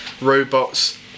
robots